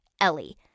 Ellie